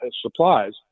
supplies